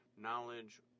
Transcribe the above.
Knowledge